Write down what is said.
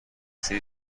سری